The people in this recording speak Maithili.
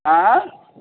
आंँय